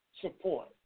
support